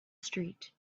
street